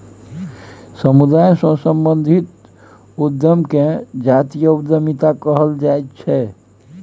समुदाय सँ संबंधित उद्यम केँ जातीय उद्यमिता कहल जाइ छै